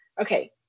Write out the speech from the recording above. okay